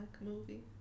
movie